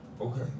Okay